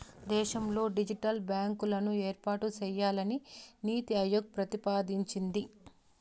దేశంలో డిజిటల్ బ్యాంకులను ఏర్పాటు చేయాలని నీతి ఆయోగ్ ప్రతిపాదించింది